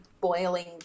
Boiling